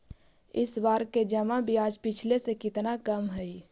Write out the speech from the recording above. इस बार का जमा ब्याज पिछले से कितना कम हइ